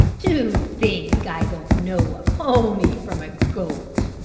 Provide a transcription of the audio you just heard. to think i don't know a pony from a goat.